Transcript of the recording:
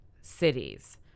cities